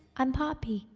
i'm poppy.